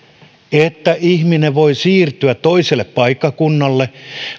että ihminen voi siirtyä toiselle paikkakunnalle